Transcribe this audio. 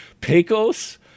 Pecos